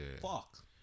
fuck